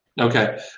Okay